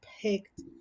picked